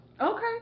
Okay